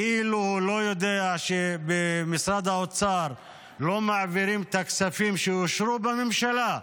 כאילו הוא לא יודע שבמשרד האוצר לא מעבירים את הכספים שאושרו בממשלה,